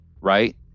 right